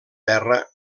terra